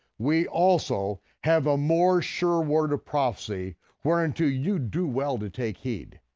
we also have a more sure word of prophecy wherein to you do well to take heed.